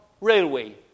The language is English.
railway